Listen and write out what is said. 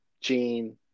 Gene